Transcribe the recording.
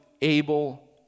able